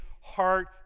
heart